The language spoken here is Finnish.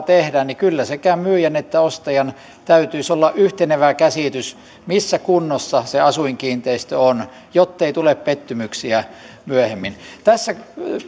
tehdään kyllä sekä myyjällä että ostajalla täytyisi olla yhtenevä käsitys siitä missä kunnossa se asuinkiinteistö on jottei tule pettymyksiä myöhemmin tässä